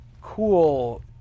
cool